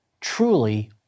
truly